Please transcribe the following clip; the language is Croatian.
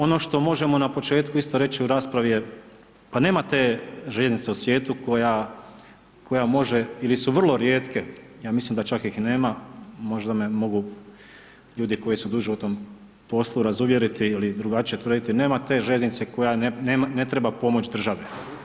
Ono što možemo na početku isto reći u raspravi je, pa nema te željeznice u svijetu koja može ili su vrlo rijetke, ja mislim da čak ih nema, možda me mogu ljudi koji su duže u tom poslu razuvjeriti ili drugačije tvrditi, nema te željeznice koja ne treba pomoć države.